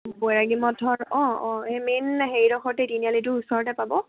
বৈৰাগীমঠৰ অঁ অঁ এই মেইন হেৰিডখৰতে তিনিআলিটোৰ ওচৰতে পাব